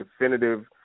definitive